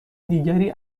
دیگری